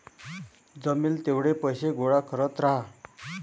जमेल तेवढे पैसे गोळा करत राहा